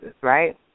right